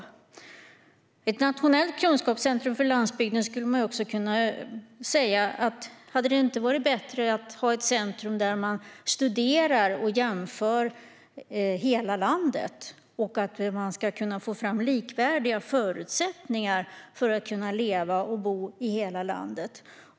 När det gäller ett nationellt kunskapscentrum för landsbygden skulle man kunna fråga sig om det inte hade varit bättre att ha ett centrum där man studerar och jämför hela landet för att få fram likvärdiga förutsättningar för att leva och bo i hela landet?